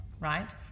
right